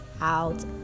out